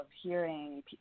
hearing